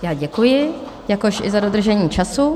Já děkuji, jakož i za dodržení času.